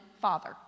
father